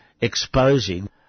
exposing